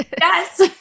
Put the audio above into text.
Yes